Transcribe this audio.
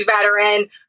veteran